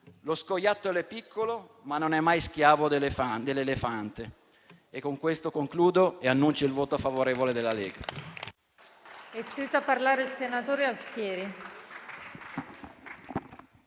lo scoiattolo è piccolo, ma non è mai schiavo dell'elefante. Con questo annuncio il voto favorevole della Lega.